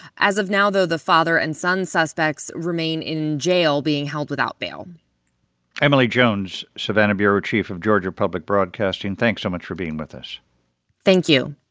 as of now, though, the father and son suspects remain in jail being held without bail emily jones, savannah bureau chief of georgia public broadcasting. thanks so much for being with us thank you